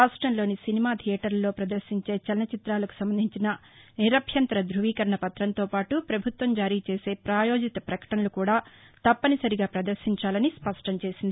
రాష్టంలోని సినిమా థియేటర్లలో ప్రదర్శించే చలన చిత్రాలకు సంబంధించిన నిరంభ్యంతర ద్రువీకరణ పత్రంతో పాటు ప్రభుత్వం జారీ చేసే ప్రాయోజిత ప్రకటనలు తప్పనిసరిగా ప్రదర్శించాలని స్పష్టం చేసింది